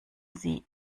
sie